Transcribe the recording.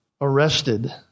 arrested